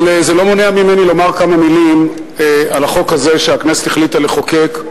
אבל זה לא מונע ממני לומר כמה מלים על החוק הזה שהכנסת החליטה לחוקק,